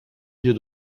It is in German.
wir